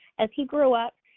as he grew up,